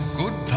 good